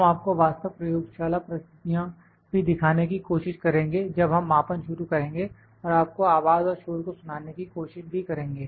हम आपको वास्तव प्रयोगशाला परिस्थितियां भी दिखाने की कोशिश करेंगे जब हम मापन शुरू करेंगे और आपको आवाज़ और शोर को सुनाने की कोशिश भी करेंगे